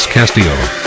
Castillo